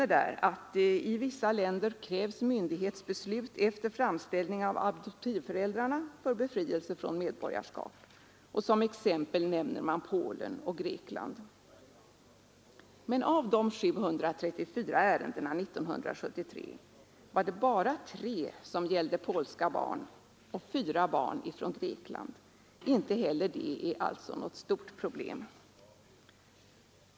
Man nämner att det i vissa länder krävs myndighets beslut efter framställning från adoptivföräldrarna för befrielse från medborgarskap; som exempel nämner man Polen och Grekland. Men av de 734 ärendena år 1973 var det bara tre som gällde polska barn och fyra som gällde barn från Grekland. Inte heller detta är således något stort problem.